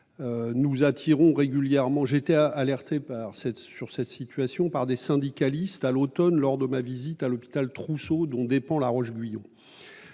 Nous attirons régulièrement j'étais a alerté par cette sur cette situation par des syndicalistes à l'Automne lors de ma visite à l'hôpital Trousseau dont dépend la Roche-Guyon.